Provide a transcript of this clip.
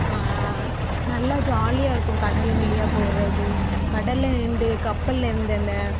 நல்லா ஜாலியாக இருக்கும் கடல் வழியா போகிறது கடலில் நின்று கப்பலில் இந்த இந்த